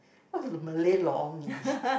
what's Malay lor mee